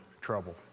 trouble